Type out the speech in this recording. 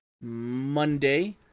Monday